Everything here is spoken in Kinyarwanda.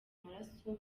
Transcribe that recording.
amaraso